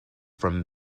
from